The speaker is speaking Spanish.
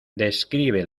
describe